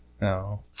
No